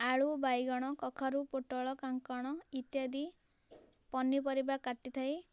ଆଳୁ ବାଇଗଣ କଖାରୁ ପୋଟଳ କାଙ୍କଣ ଇତ୍ୟାଦି ପନିପରିବା କାଟିଥାଏ